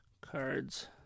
cards